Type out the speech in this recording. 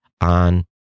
on